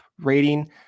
rating